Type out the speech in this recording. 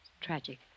tragic